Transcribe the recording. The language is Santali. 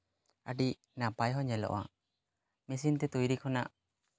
ᱟᱹᱰᱤ ᱱᱟᱯᱟᱭ ᱦᱚᱸ ᱧᱮᱞᱚᱜᱼᱟ ᱢᱮᱥᱤᱱ ᱛᱮ ᱛᱳᱭᱨᱤ ᱠᱷᱚᱱᱟᱜ